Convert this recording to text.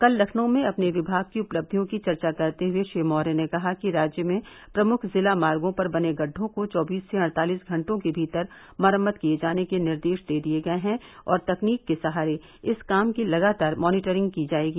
कल लखनऊ में अपने विभाग की उपलक्षियों की चर्चा करते हुए श्री मौर्य ने कहा कि राज्य में प्रमुख जिला मार्गो पर बने गढ़ढों को चौबीस से अड़तालीस घंटों के भीतर मरम्मत किये जाने के निर्देश दे दिये गये हैं और तकनीक के सहारे इस काम की लगातार मानीटरिंग की जायेगी